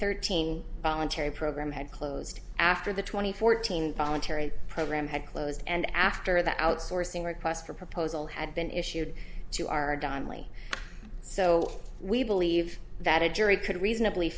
thirteen voluntary program had closed after the two thousand and fourteen voluntary program had closed and after the outsourcing request for proposal had been issued to our donnelly so we believe that a jury could reasonably